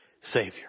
Savior